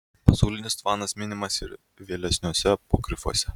pasaulinis tvanas minimas ir vėlesniuose apokrifuose